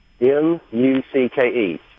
M-U-C-K-E